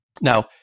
Now